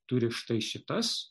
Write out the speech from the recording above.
turi štai šitas